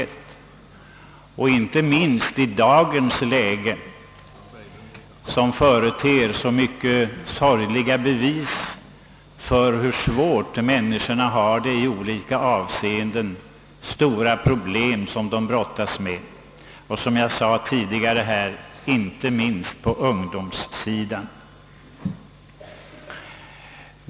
Detta gäller inte minst i dagens läge, då vi får så många sorgliga bevis på hur svårt människorna har det i olika avseenden. De brottas med stora problem, och det är som jag sade tidigare, inte minst fallet med ungdomen.